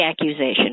accusation